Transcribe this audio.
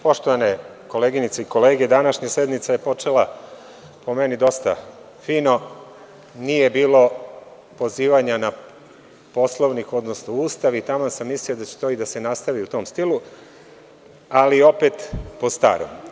Poštovane koleginice i kolege, današnja sednica je po meni počela dosta fino, nije bilo pozivanja na Poslovnik, odnosno Ustava i taman sam mislio i da će se nastaviti u tom stilu, ali opet po starom.